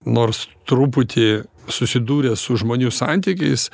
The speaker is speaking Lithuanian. nors truputį susidūręs su žmonių santykiais